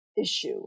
issue